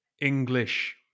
English